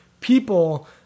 people